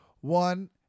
one